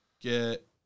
get